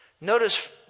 Notice